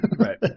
Right